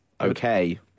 okay